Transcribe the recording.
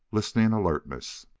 listening alertness.